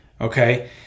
Okay